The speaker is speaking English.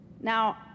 Now